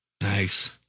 Nice